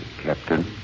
Captain